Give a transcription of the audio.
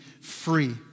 free